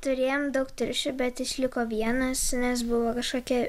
turėjom daug triušių bet išliko vienas nes buvo kažkokia